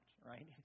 right